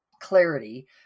clarity